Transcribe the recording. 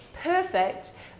perfect